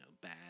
bad